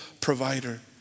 provider